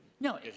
No